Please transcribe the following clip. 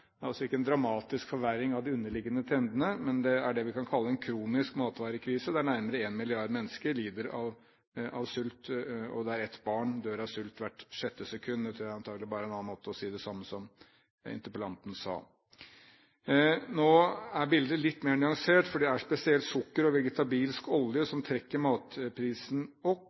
er altså ikke en dramatisk forverring av de underliggende trendene, men det er det vi kan kalle en kronisk matvarekrise der nærmere én milliard mennesker lider av sult og der ett barn dør av sult hvert sjette sekund – det er antakelig bare en annen måte å si det samme på som det interpellanten sa. Nå er bildet litt mer nyansert, for det er spesielt sukker og vegetabilsk olje som trekker matprisen opp.